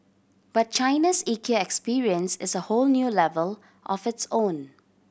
but China's Ikea experience is a whole new level of its own